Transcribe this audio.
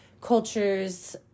cultures